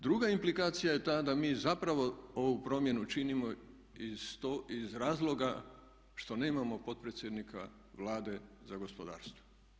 Druga implikacija je ta da mi zapravo ovu promjenu činimo iz razloga što nemamo potpredsjednika Vlade za gospodarstvo.